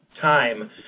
time